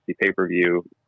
pay-per-view